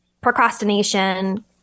procrastination